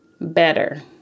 Better